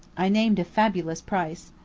i named a fabulous price.